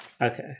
Okay